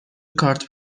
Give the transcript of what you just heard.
کارت